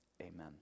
Amen